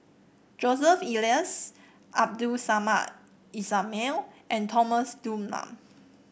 Joseph Elias Abdul Samad Ismail and Thomas Dunman